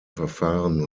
verfahren